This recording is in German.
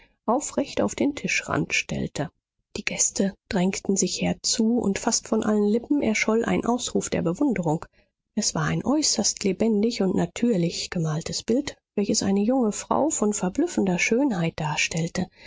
aufrecht auf den tischrand stellte die gäste drängten sich herzu und fast von allen lippen erscholl ein ausruf der bewunderung es war ein äußerst lebendig und natürlich gemaltes bild welches eine junge frau von verblüffender schönheit darstellte